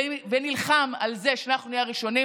ונלחם על זה שאנחנו נהיה הראשונים,